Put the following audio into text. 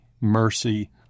mercy